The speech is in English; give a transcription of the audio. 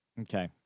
Okay